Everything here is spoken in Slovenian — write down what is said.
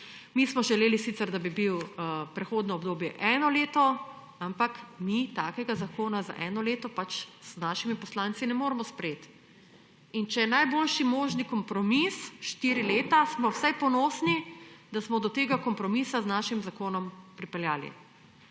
Mi smo želeli sicer, da bi bilo prehodno obdobje eno leto, ampak mi takega zakona za eno leto z našimi poslanci ne moremo sprejeti. In če je najboljši možni kompromis štiri leta, smo vsaj ponosni, da smo do tega kompromisa z našim zakonom pripeljali.